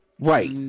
right